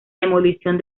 demolición